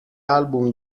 album